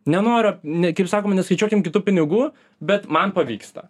nenoriu ne kaip sakoma neskaičiuokim kitų pinigų bet man pavyksta